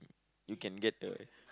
you can get the